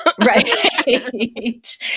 Right